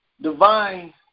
Divine